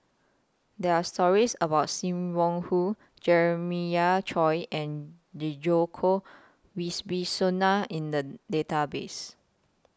There Are stories about SIM Wong Hoo Jeremiah Choy and Djoko in The Database